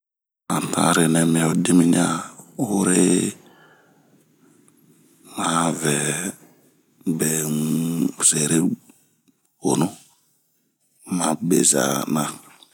hantanrenɛmi hodimiɲawure maŋɛbe nnb serehonuma bena.